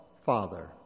father